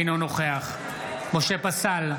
אינו נוכח משה פסל,